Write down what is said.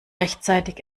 rechtzeitig